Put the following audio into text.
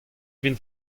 vin